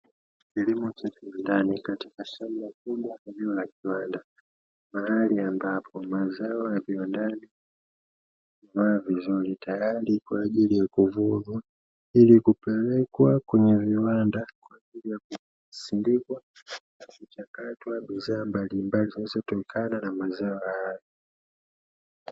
Kilimo cha kiwandani katika shamba kubwa eneo la kiwanda mahali ambapo mazao ya viwandani hulimwa vizuri tayari kwajili ya kuvunwa ili kupelekwa kwenye viwanda kwajili ya kusindikwa na kuchakatwa bidhaa mbalimbali zinazotokana na mazao hayo.